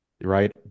right